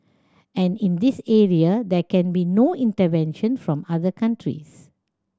and in this area there can be no intervention from other countries